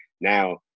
Now